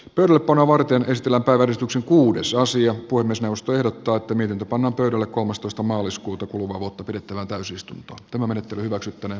pelkona varteen ristillä päivystyksen kuudessa asia kuin myös nostojen tuottaminen pannaan pöydälle kolmastoista maaliskuuta kuluvaa vuotta pidettävään täysistunto tämä menettely hyväksyttäneen